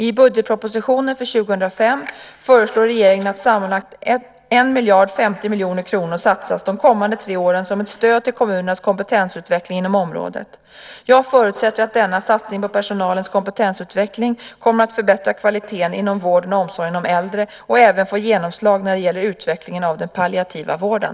I budgetpropositionen för 2005 föreslår regeringen att sammanlagt 1 050 miljoner kronor satsas de kommande tre åren som ett stöd till kommunernas kompetensutveckling inom området. Jag förutsätter att denna satsning på personalens kompetensutveckling kommer att förbättra kvaliteten inom vården och omsorgen om äldre och även få genomslag när det gäller utvecklingen av den palliativa vården.